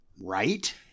Right